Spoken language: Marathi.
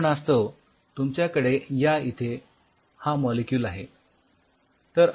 उदाहरणास्तव तुमच्याकडे या इथे हा मॉलिक्यूल आहे